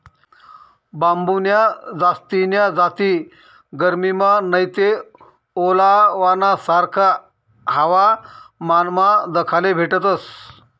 बांबून्या जास्तीन्या जाती गरमीमा नैते ओलावाना सारखा हवामानमा दखाले भेटतस